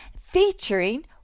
featuring